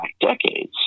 decades